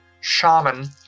shaman